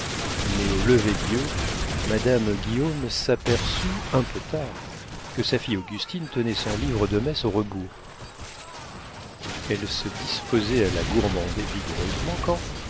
mais au lever dieu madame guillaume s'aperçut un peu tard que sa fille augustine tenait son livre de messe au rebours elle se disposait à la gourmander vigoureusement quand